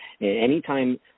Anytime